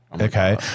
Okay